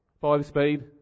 Five-speed